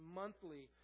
monthly